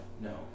no